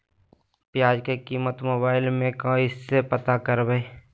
प्याज की कीमत मोबाइल में कैसे पता करबै?